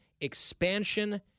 expansion